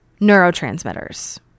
neurotransmitters